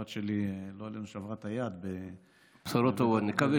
הבת שלי, לא יודע אם שברה את היד בבית הספר.